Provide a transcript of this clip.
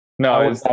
No